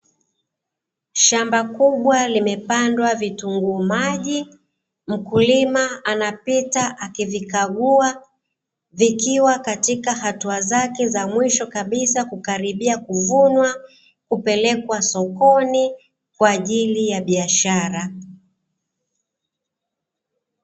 Shamba kubwa limepandwa vitunguu maji. Mkulima akiwa anapita akivikagua, zikiwa katika hatua zake za mwisho kabisa kukaribia kuvunwa, kupelekwa sokoni kwa ajili ya biashara.